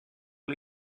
sur